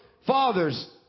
fathers